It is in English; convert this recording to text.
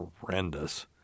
horrendous